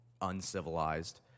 uncivilized